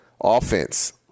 Offense